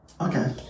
Okay